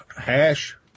hash